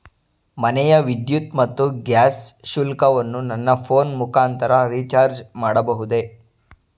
ಮನೆಯ ವಿದ್ಯುತ್ ಮತ್ತು ಗ್ಯಾಸ್ ಶುಲ್ಕವನ್ನು ನನ್ನ ಫೋನ್ ಮುಖಾಂತರ ರಿಚಾರ್ಜ್ ಮಾಡಬಹುದೇ?